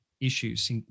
issues